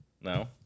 No